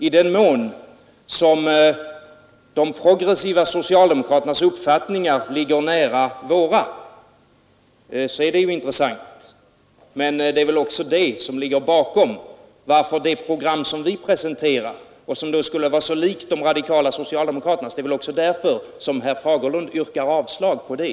I den mån som de progressiva socialdemokraternas uppfattningar ligger nära våra så är det ju intressant. Men om det program som vi presenterar skulle vara så likt de radikala socialdemokraternas så är det väl också därför som herr Fagerlund yrkar avslag på det.